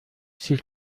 sich